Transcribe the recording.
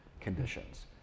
conditions